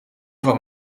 van